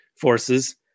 forces